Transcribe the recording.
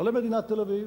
לא למדינת תל-אביב,